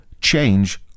change